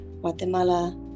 Guatemala